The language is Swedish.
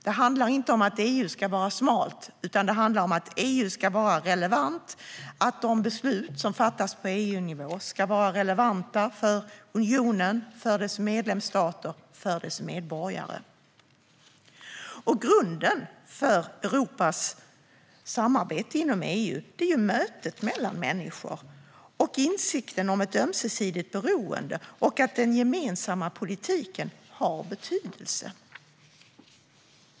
Det handlar inte om att EU ska vara smalt, utan det handlar om att EU ska vara relevant - att de beslut som fattas på EU-nivå ska vara relevanta för unionen, för dess medlemsstater och för dess medborgare. Grunden för Europas samarbete inom EU är mötet mellan människor, insikten om ett ömsesidigt beroende och att den gemensamma politiken har betydelse.